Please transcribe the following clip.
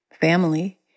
family